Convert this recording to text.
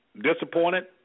disappointed